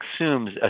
assumes